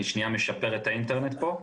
אני מעט משפר את האינטרנט פה.